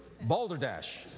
Balderdash